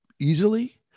easily